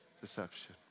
Deception